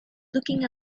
looking